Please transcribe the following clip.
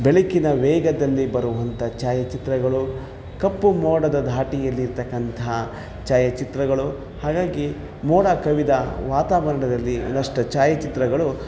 ಬೆಳಕಿನ ವೇಗದಲ್ಲಿ ಬರುವಂಥ ಛಾಯಾಚಿತ್ರಗಳು ಕಪ್ಪು ಮೋಡದ ಧಾಟಿಯಲ್ಲಿರ್ತಕ್ಕಂತಹ ಛಾಯಾಚಿತ್ರಗಳು ಹಾಗಾಗಿ ಮೋಡ ಕವಿದ ವಾತಾವರಣದಲ್ಲಿ ಒಂದಷ್ಟು ಛಾಯಾಚಿತ್ರಗಳು